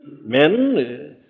Men